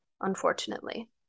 unfortunately